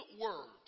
words